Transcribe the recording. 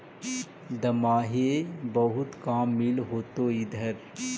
दमाहि बहुते काम मिल होतो इधर?